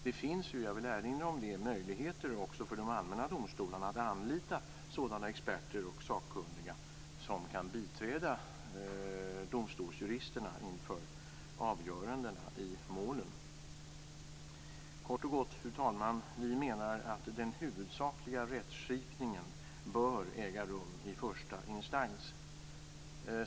Det finns ju - jag vill erinra om det - möjligheter också för de allmänna domstolarna att anlita sådana experter och sakkunniga som kan biträda domstolsjuristerna inför avgörandena i målen. Fru talman! Vi menar kort och gott att den huvudsakliga rättsskipningen bör äga rum i första instans.